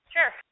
Sure